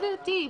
גברתי,